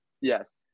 Yes